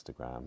Instagram